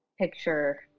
picture